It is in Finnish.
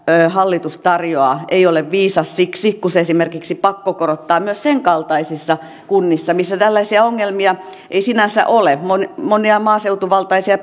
hallitus tarjoaa ei ole viisas siksi koska se esimerkiksi pakkokorottaa myös sen kaltaisissa kunnissa missä tällaisia ongelmia ei sinänsä ole monissa maaseutuvaltaisissa